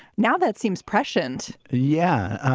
now, that seems prescient. yeah.